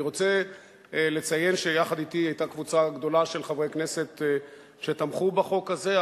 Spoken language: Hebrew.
אני רוצה לציין שיחד אתי היתה קבוצה גדולה של חברי כנסת שתמכו בחוק הזה.